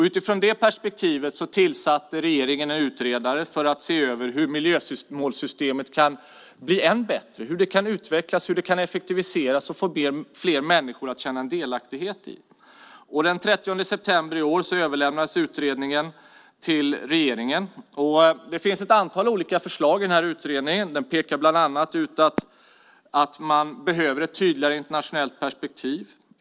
Utifrån det perspektivet tillsatte regeringen en utredare för att se över hur miljömålssystemet kan bli ännu bättre, hur det kan utvecklas och effektiviseras och få fler människor att känna en delaktighet. Den 30 september i år överlämnades utredningen till regeringen. I utredningen finns ett antal olika förslag. Den pekar bland annat ut att man behöver ett tydligare internationellt perspektiv.